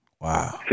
Wow